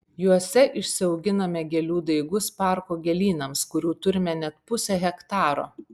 juose išsiauginame gėlių daigus parko gėlynams kurių turime net pusę hektaro